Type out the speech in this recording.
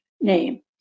name